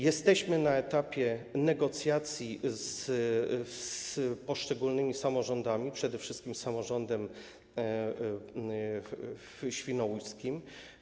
Jesteśmy na etapie negocjacji z poszczególnymi samorządami, przede wszystkim z samorządem świnoujskim.